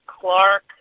Clark